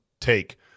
take